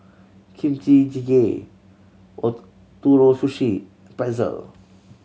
Kimchi Jjigae Ootoro Sushi Pretzel